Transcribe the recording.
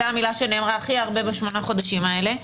זו המילה שנאמרה הכי הרבה בשמונת החודשים האלה.